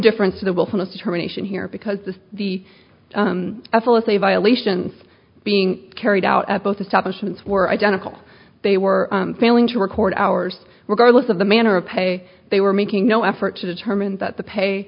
difference to the willfulness determination here because this the s l s a violation being carried out at both establishments were identical they were failing to record hours regardless of the manner of pay they were making no effort to determine that the pay